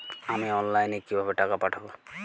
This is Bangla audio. আমি অনলাইনে কিভাবে টাকা পাঠাব?